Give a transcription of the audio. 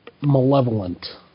malevolent